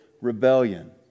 rebellion